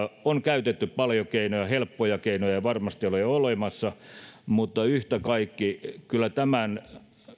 on käytetty paljon keinoja helppoja keinoja ei varmasti ole olemassa mutta yhtä kaikki kyllä tämän